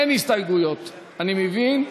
אין הסתייגויות, אני מבין.